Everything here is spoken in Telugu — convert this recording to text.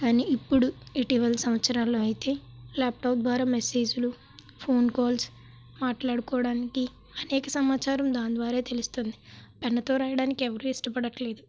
కానీ ఇప్పుడు ఇటీవల సంవత్సరాల్లో అయితే ల్యాప్ టాప్ ద్వారా మెసేజ్లు ఫోన్ కాల్స్ మాట్లాడుకోవడానికి అనేక సమాచారం దాని ద్వారే తెలుస్తుంది పెన్ను తో రాయడానికి ఎవరు ఇష్టపడట్లేదు